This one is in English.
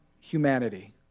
humanity